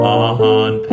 on